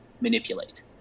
manipulate